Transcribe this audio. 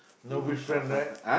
no be friend right